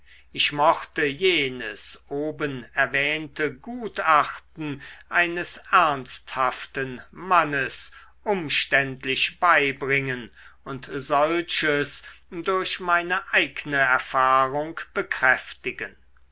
ich mochte jenes oben erwähnte gutachten eines ernsthaften mannes umständlich beibringen und solches durch meine eigne erfahrung bekräftigen